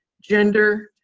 gender,